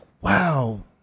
wow